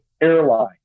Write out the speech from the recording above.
airline